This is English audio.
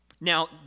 now